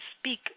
speak